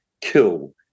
kill